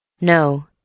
No